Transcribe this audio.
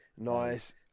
Nice